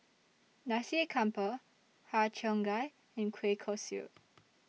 Nasi Campur Har Cheong Gai and Kueh Kosui